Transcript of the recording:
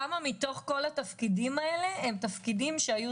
כמה מתוך כל התפקידים האלה הם תפקידים שהיו